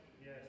Yes